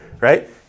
right